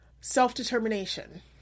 self-determination